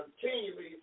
continually